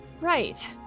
Right